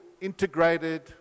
integrated